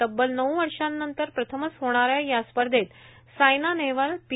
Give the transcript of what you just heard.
तब्बल नऊ वर्षानंतर प्रथमच होणीऱ्या या स्पर्धेत सायना नेहवाल पी